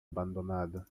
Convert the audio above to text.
abandonada